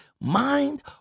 mind